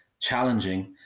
challenging